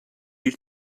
you